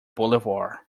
boulevard